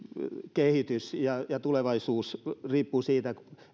kehityksemme ja tulevaisuutemme riippuvat siitä